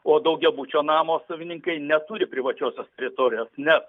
o daugiabučio namo savininkai neturi privačiosios teritorijos nes